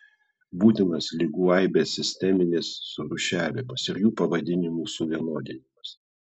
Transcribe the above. būtinas ligų aibės sisteminis surūšiavimas ir jų pavadinimų suvienodinimas